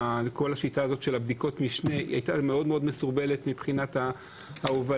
כל השיטה של בדיקות משנה הייתה מסורבלת מאוד מבחינת ההובלה.